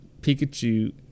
Pikachu